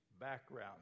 background